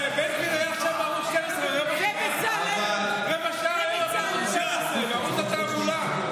בן גביר היה בערוץ 12, רבע שעה היה בערוץ התעמולה.